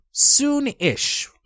Soon-ish